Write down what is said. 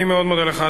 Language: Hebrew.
אני מאוד מודה לך,